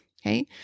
okay